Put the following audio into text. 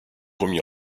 remis